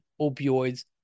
opioids